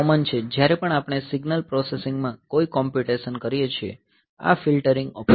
જ્યારે પણ આપણે સિગ્નલ પ્રોસેસિંગમાં કોઈ કોંપ્યુટેશન કરીએ છીએ આ ફિલ્ટરિંગ ઓપરેશન છે